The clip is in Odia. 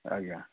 ଆଜ୍ଞା